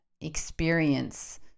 experience